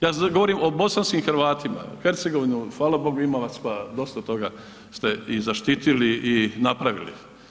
Ja govorim o bosanskim Hrvatima, Hercegovinu, hvala Bogu ima vas pa dosta toga ste i zaštitili i napravili.